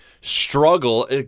struggle